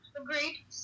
Agreed